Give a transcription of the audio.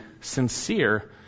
sincere